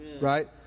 right